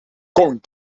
going